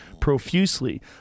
profusely